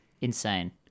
insane